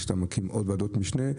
זה שאתה מקים עוד ועדות משנה.